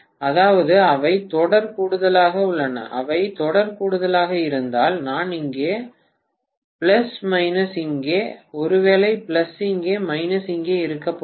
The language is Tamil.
அதாவது அவை தொடர் கூடுதலாக உள்ளன அவை தொடர் கூடுதலாக இருந்தால் நான் இங்கே பிளஸ் மைனஸ் இங்கே ஒருவேளை பிளஸ் இங்கே மைனஸ் இங்கே இருக்கப் போகிறேன்